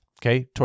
Okay